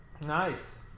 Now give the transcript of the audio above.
Nice